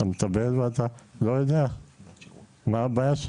אתה מקבל ואתה לא יודע מה הבעיה.